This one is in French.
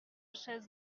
chaises